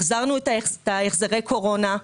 החזרנו את החזרי קורונה.